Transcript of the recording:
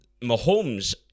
Mahomes